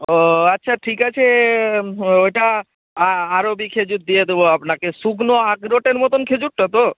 ও আচ্ছা ঠিক আছে ওইটা আরবি খেজুর দিয়ে দেবো আপনাকে শুকনো আখরোটের মতন খেজুরটা তো